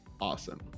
awesome